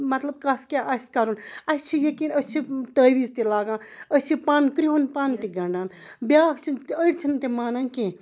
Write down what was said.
مطلب کَس کیٛاہ آسہِ کَرُن اَسہِ چھِ یقیٖن أسۍ چھِ تٲویٖز تہِ لاگان أسۍ چھِ پَن کرِٛہُن پَن تہِ گنٛڈان بیٛاکھ چھُ أڑۍ چھِنہٕ تہِ مانان کینٛہہ